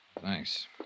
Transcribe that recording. Thanks